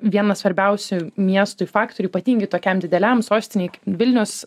vienas svarbiausių miestui faktorių ypatingai tokiam dideliam sostinei kaip vilnius